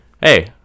Hey